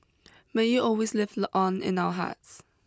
may you always live on in our hearts